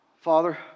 Father